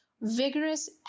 Vigorous